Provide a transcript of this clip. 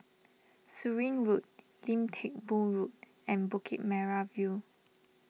Surin Road Lim Teck Boo Road and Bukit Merah View